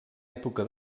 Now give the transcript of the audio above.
època